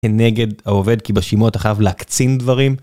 נגד העובד כי בשימוע אתה חייב להקצין דברים.